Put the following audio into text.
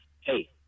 Hey